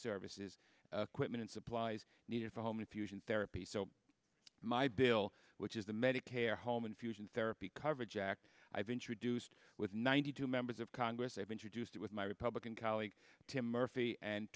services quitman supplies needed for home fusion therapy so my bill which is the medicare home infusion therapy coverage act i've introduced with ninety two members of congress i have introduced it with my republican colleague tim murphy and